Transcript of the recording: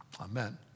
Amen